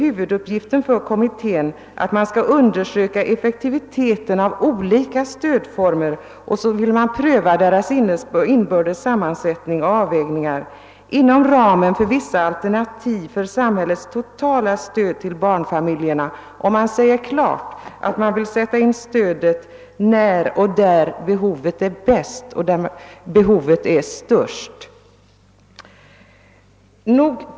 Huvuduppgiften för kommittén skall därvid vara att undersöka effektiviteten av olika stödformer och pröva deras inbördes sammansättning och avvägning inom ramen för vissa alternativ för samhällets totala stöd till barnfamiljerna.> Vidare säger utskottet klart ifrån att man vill sätta in stödet när och där behovet är störst. ta sammanhang.